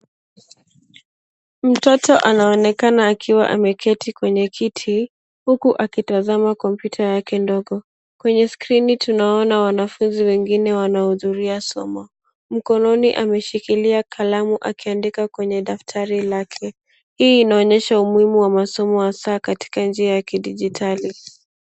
Mtoto anaonekana akiwa ameketi kwenye kiti huku akitazama kompyuta yake ndogo. Kwenye skrini tunaona wanafunzi wengine wanahudhuria somo. Mkononi ameshikilia kalamu akiandika kwenye daftari lake. Hii inaonyesha umuhimu wa masomo hasa katika njia ya kidijitali.